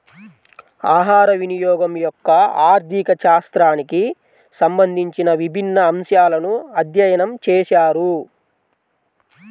ఆహారవినియోగం యొక్క ఆర్థిక శాస్త్రానికి సంబంధించిన విభిన్న అంశాలను అధ్యయనం చేశారు